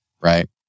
right